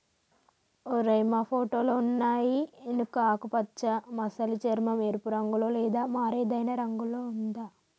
ఓరై మా ఫోటోలో ఉన్నయి ఎనుక ఆకుపచ్చ మసలి చర్మం, ఎరుపు రంగులో లేదా మరేదైనా రంగులో ఉందా